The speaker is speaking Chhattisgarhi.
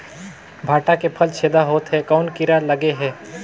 भांटा के फल छेदा होत हे कौन कीरा लगे हे?